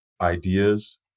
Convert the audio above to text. ideas